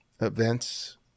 events